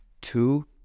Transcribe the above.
two